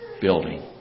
building